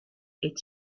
est